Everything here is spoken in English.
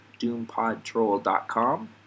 doompodtroll.com